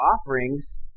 offerings